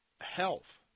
health